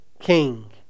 king